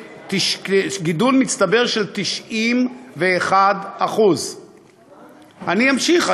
גידול מצטבר של 91%. אני אמשיך.